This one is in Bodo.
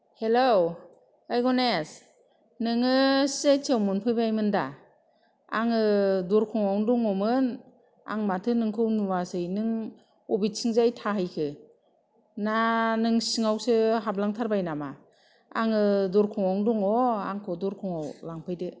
हेलौ ओइ गनेश नोङो सिआइटि आव मोनफैबायमोन दा आङो दरखंआवनो दङमोन आं माथो नोंखौ नुवासै नों बबेथिंजाय थाहैखो ना नों सिङावसो हाबलांथारबाय नामा आङो दरखंआवनो दङ आंखौ दरखंआव लांफैदो